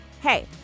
Hey